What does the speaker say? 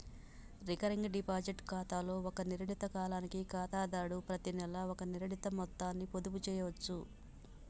recurring deposit ఖాతాలో ఒక నిర్ణీత కాలానికి ఖాతాదారుడు ప్రతినెలా ఒక నిర్ణీత మొత్తాన్ని పొదుపు చేయచ్చు